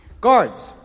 Guards